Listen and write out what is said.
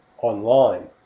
online